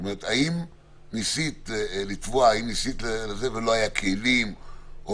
האם ניסית לתבוע ולא היו כלים?